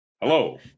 Hello